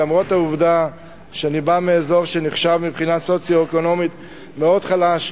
למרות העובדה שאני בא מאזור שמבחינה סוציו-אקונומית נחשב מאוד חלש,